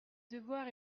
devoir